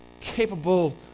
capable